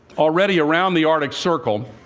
already, around the arctic circle